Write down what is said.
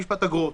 (אגרות).